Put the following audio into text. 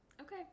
okay